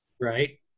Right